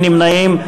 אין נמנעים.